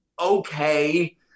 okay